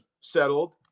settled